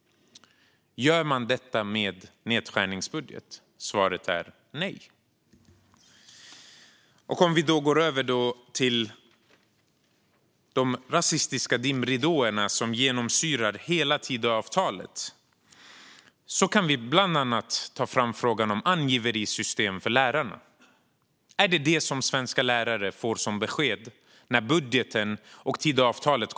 Gör man detta med en nedskärningsbudget? Svaret är nej. Låt mig gå över till de rasistiska dimridåerna som genomsyrar hela Tidöavtalet. Vi kan bland annat ta fram frågan om angiverisystem för lärarna. Är det vad svenska lärare ska få besked om i budgeten och Tidöavtalet?